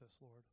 Lord